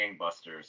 gangbusters